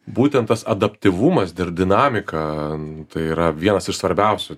būtent tas adaptyvumas ir dinamiką tai yra vienas iš svarbiausių